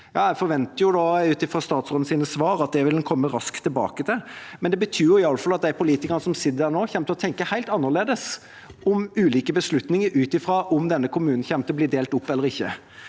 Jeg forventer ut fra statsrådens svar at han vil komme raskt tilbake til det, men det betyr i alle fall at de politikerne som sitter der nå, kommer til å tenke helt annerledes om ulike beslutninger ut fra om denne kommunen kommer til å bli delt opp eller ikke.